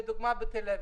לדוגמה בתל אביב,